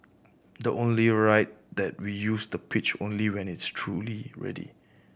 the only right that we use the pitch only when it's truly ready